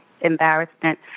embarrassment